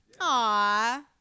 Aw